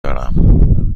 دارم